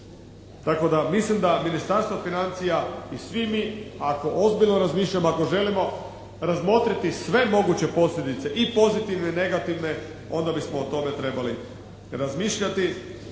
Tako da mislim da Ministarstvo financija i svi mi, ako ozbiljno razmišljamo, ako želimo razmotriti sve moguće posljedice i pozitivne i negativne onda bismo o tome trebali razmišljati.